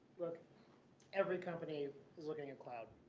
look every company is looking at cloud.